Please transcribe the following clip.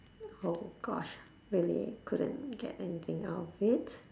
oh gosh really couldn't get anything out of it